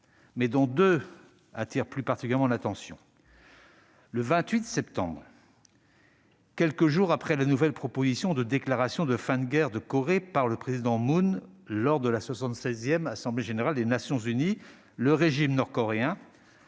mais dont deux attirent plus particulièrement notre attention. Le 28 septembre dernier, quelques jours après une nouvelle proposition de déclaration de la fin de la guerre de Corée par le président Moon Jae-in, lors de la 76 session de l'Assemblée générale des Nations unies, le régime nord-coréen